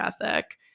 ethic